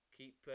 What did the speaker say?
keep